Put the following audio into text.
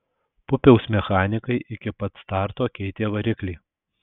pupiaus mechanikai iki pat starto keitė variklį